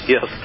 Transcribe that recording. Yes